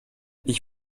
ich